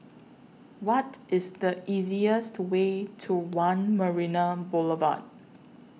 What IS The easiest Way to one Marina Boulevard